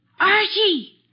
Archie